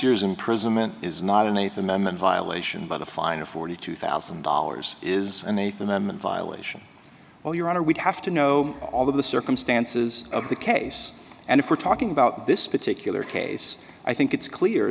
years imprisonment is not an eighth amendment violation but a fine of forty two thousand dollars is an eighth amendment violation well your honor we have to know all the circumstances of the case and if we're talking about this particular case i think it's clear